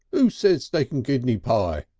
who says steak and kidney pie.